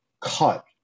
cut